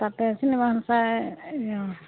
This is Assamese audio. তাতে চিনেমাখান চাই